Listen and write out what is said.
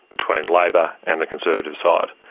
between labor and the conservative side,